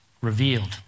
revealed